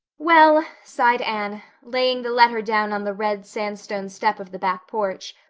well, sighed anne, laying the letter down on the red sandstone step of the back porch,